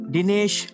Dinesh